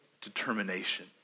determination